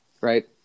Right